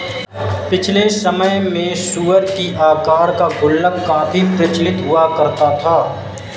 पिछले समय में सूअर की आकार का गुल्लक काफी प्रचलित हुआ करता था